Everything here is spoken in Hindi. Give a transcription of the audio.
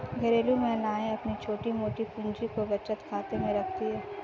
घरेलू महिलाएं अपनी छोटी मोटी पूंजी को बचत खाते में रखती है